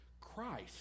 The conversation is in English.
Christ